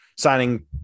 Signing